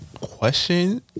question